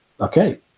okay